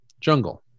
jungle